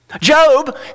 Job